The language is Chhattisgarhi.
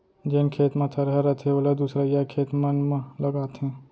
जेन खेत म थरहा रथे ओला दूसरइया खेत मन म लगाथें